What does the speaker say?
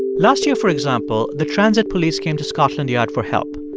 last year, for example, the transit police came to scotland yard for help.